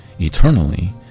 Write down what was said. eternally